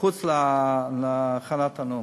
מחוץ לנאום.